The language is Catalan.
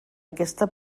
aquesta